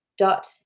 dot